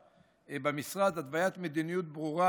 במשרד: 1. התוויית מדיניות ברורה,